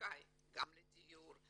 זכאי גם לדיור,